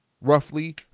roughly